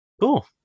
Cool